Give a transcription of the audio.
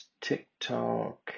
TikTok